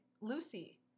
Lucy